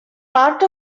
part